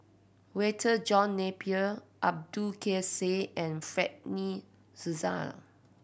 Walter John Napier Abdul Kadir Syed and Fred De Souza